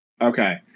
Okay